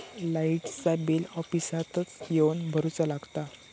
लाईटाचा बिल ऑफिसातच येवन भरुचा लागता?